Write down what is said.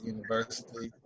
University